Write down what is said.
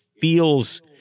feels